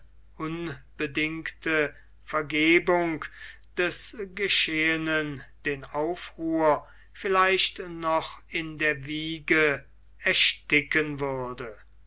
unbedingte vergebung des geschehenen den aufruhr vielleicht noch in der wiege ersticken würde